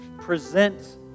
Present